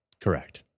Correct